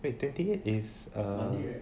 wait twenty eight is err